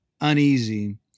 uneasy